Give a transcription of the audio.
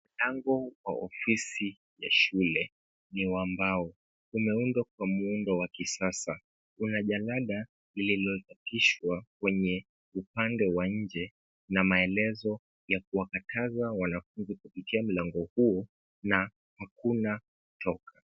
Lango la ofisi ya shule ni wa mbao, umeundwa kwa muundo wa kisasa, una jalada lililochapishwa kwenye upande wa nje, na maelezo kuwakataza wanafunzi kupitia mlango huo, na hakuna kutoka.